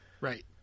Right